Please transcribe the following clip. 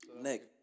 Nick